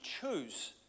choose